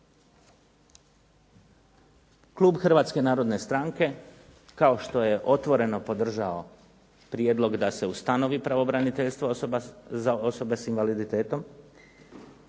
Klub Hrvatske narodne stranke kao što je otvoreno podržao prijedlog da se ustanovi pravobraniteljstvo za osobe sa invaliditetom